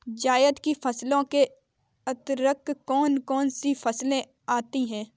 जायद की फसलों के अंतर्गत कौन कौन सी फसलें आती हैं?